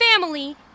family